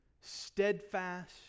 steadfast